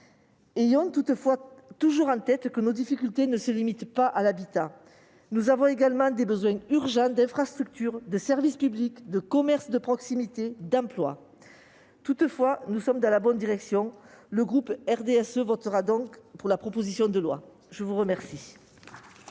Ayons toutefois toujours à l'esprit que nos difficultés ne se limitent pas à l'habitat. Nous avons également des besoins urgents en termes d'infrastructures, de services publics, de commerces de proximité, d'emplois. Toutefois, nous allons dans la bonne direction. Le groupe RDSE votera donc cette proposition de loi. Madame